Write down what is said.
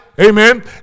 Amen